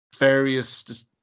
Various